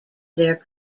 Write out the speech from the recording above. their